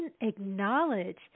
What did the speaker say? acknowledge